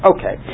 Okay